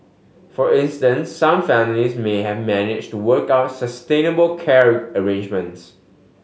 for instance some families may have managed to work out sustainable care arrangements